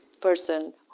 person